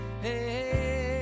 hey